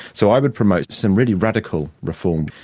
so i would promote some really radical reform.